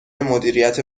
مدیریت